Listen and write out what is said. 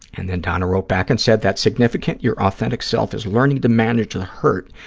and then donna wrote back and said, that's significant. your authentic self is learning to manage the hurt,